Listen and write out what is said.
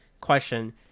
Question